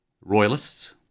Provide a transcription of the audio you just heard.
royalists